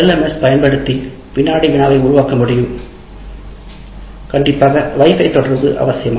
S பயன்படுத்தி வினாடி வினாவை உருவாக்க முடியும் கண்டிப்பாக wi fi தொடர்பு அவசியமாகும்